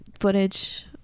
footage